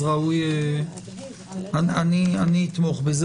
ראוי אני אתמוך בזה.